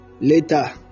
Later